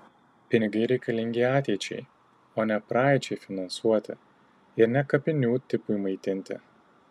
pinigai reikalingi ateičiai o ne praeičiai finansuoti ir ne kapinių tipui maitinti